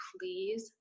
please